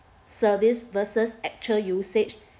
service versus actual usage